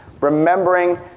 remembering